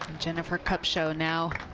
jennifer kupcho now.